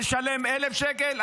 תשלם 1,000 שקל,